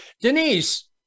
denise